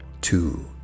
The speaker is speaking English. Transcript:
two